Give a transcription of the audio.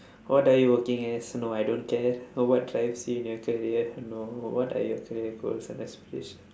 what are you working as no I don't care what drives you in your career no what are your career goals and aspiration